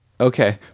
Okay